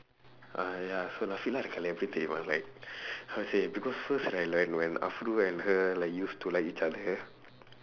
ah ya so இருக்காலே அவ எப்படி தெரியுமா:irukkaalee ava eppadi theriyumaa how to say because first right like when and her used to like each other